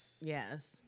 Yes